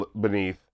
beneath